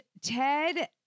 Ted